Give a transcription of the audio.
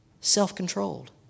self-controlled